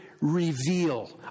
reveal